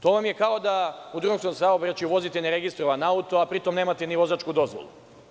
To vam je kao da u drumskom saobraćaju vozite ne registrovan auto, a pri tom nemate vozačku dozvolu.